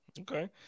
Okay